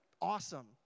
awesome